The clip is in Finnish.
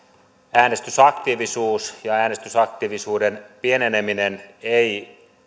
äänestysaktiivisuus ja äänestysaktiivisuuden pieneneminen ei